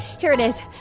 here it is.